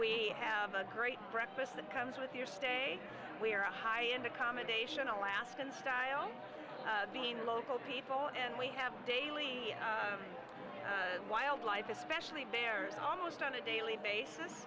we have a great breakfast that comes with your stay we are a high end accommodation alaskan style being local people and we have daily wildlife especially bears almost on a daily basis